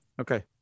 Okay